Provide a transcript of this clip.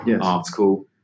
article